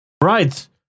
Right